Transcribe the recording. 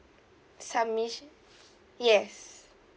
submits yes